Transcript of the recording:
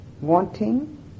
wanting